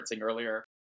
earlier